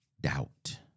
doubt